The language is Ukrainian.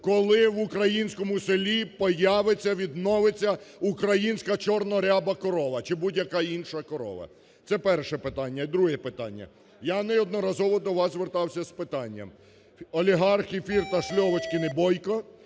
Коли в українському селі появиться, відновиться українська чорно-ряба корова, чи будь-яка інша корова? Це перше питання. І друге питання. Я неодноразово до вас звертався з питанням. Олігархи Фірташ, Льовочкін і Бойко